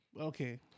okay